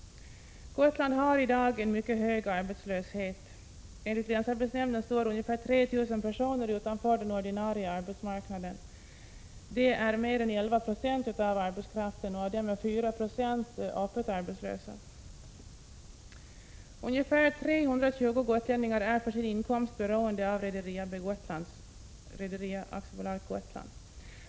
Gotland har i dag en mycket hög arbetslöshet. Enligt länsarbetsnämnden står ungefär 3 000 personer utanför den ordinarie arbetsmarknaden, och det är mer än 11 90 av arbetskraften. 4 20 är öppet arbetslösa. Ungefär 320 gotlänningar är för sin inkomst beroende av Rederi AB Gotland.